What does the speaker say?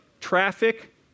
traffic